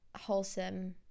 wholesome